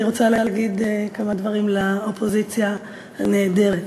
רוצה להגיד כמה דברים לאופוזיציה הנעדרת.